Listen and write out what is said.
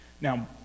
Now